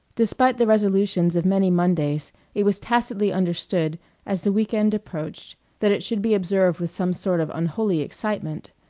despite the resolutions of many mondays it was tacitly understood as the week end approached that it should be observed with some sort of unholy excitement.